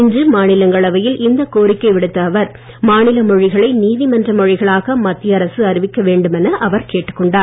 இன்று மாநிலங்களவையில் இந்த கோரிக்கை விடுத்த அவர் மாநில மொழிகளை நீதிமன்ற மொழிகளாக மத்திய அரசு அறிவிக்க வேண்டும் என அவர் கேட்டுக்கொண்டார்